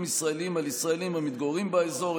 ישראליים על ישראלים המתגוררים באזור.